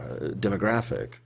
demographic